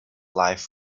life